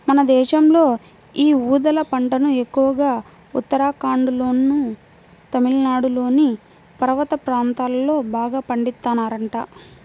మన దేశంలో యీ ఊదల పంటను ఎక్కువగా ఉత్తరాఖండ్లోనూ, తమిళనాడులోని పర్వత ప్రాంతాల్లో బాగా పండిత్తన్నారంట